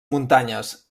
muntanyes